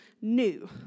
new